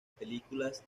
películas